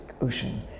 Ocean